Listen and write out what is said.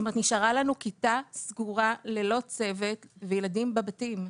נשארה לנו כיתה סגורה ללא צוות, וילדים בבתים.